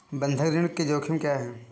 बंधक ऋण के जोखिम क्या हैं?